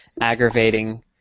aggravating